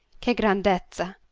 che grandezza!